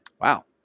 Wow